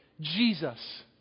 Jesus